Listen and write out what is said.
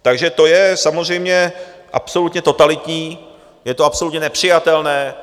Takže to je samozřejmě absolutně totalitní, je to absolutně nepřijatelné.